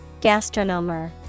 Gastronomer